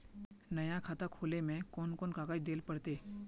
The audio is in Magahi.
नया खाता खोले में कौन कौन कागज देल पड़ते?